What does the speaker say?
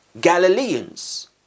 Galileans